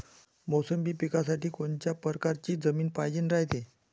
मोसंबी पिकासाठी कोनत्या परकारची जमीन पायजेन रायते?